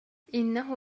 إنه